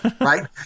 right